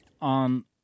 on